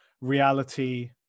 reality